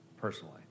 personally